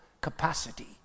capacity